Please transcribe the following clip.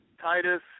Titus